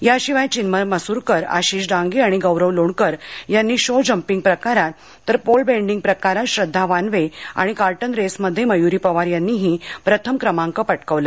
याशिवाय चिन्मय मसुरकर आशिष डांगे आणि गौरव लोणकर यांनी शो जंपिंग प्रकारात तर पोल बेंडीग प्रकारात श्रद्धा वानवे आणि कार्टन रेसमध्ये मयुरी पवार यांनीही प्रथम क्रमांक पटकावला